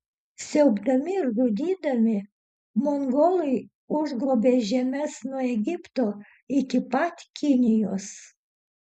siaubdami ir žudydami mongolai užgrobė žemes nuo egipto iki pat kinijos